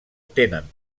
tenen